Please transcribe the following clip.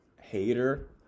hater